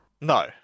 no